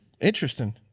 interesting